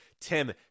Tim